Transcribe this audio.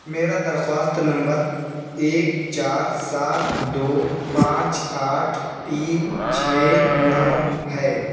میرا درخواست نمبر ایک چار سات دو پانچ آٹھ تین چھ نو ہے